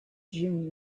june